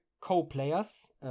co-players